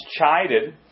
chided